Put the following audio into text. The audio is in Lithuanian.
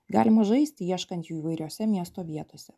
galima žaisti ieškant jų įvairiose miesto vietose